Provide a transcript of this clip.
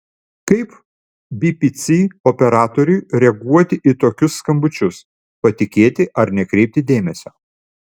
kaip bpc operatoriui reaguoti į tokius skambučius patikėti ar nekreipti dėmesio